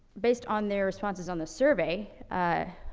based on their responses on the survey, ah,